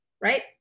Right